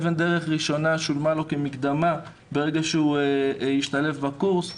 אבן דרך ראשונה שולמה לו כמקדמה ברגע שהשתלב בקורס.